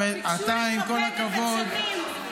עם כל הכבוד -- לפני דקה הח"כים הערבים ביקשו לכבד את הצמים.